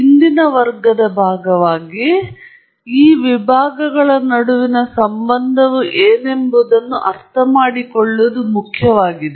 ಇಂದಿನ ವರ್ಗದ ಭಾಗವಾಗಿ ಈ ವಿಭಾಗಗಳ ನಡುವಿನ ಸಂಬಂಧವು ಏನೆಂಬುದನ್ನು ಅರ್ಥಮಾಡಿಕೊಳ್ಳುವುದು ಮುಖ್ಯವಾಗಿದೆ